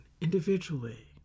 individually